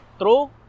True